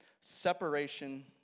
separation